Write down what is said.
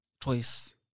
Twice